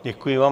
Děkuji vám.